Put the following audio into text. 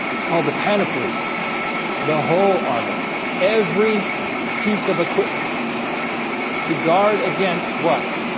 it's called the panoply the whole armour every piece of equipment to guard against what?